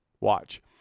watch